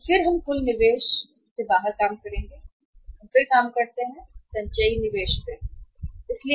तो फिर हम कुल निवेश कुल निवेश बाहर काम करेंगे और फिर हम बाहर काम करते हैं संचयी निवेश संचयी निवेश